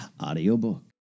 audiobook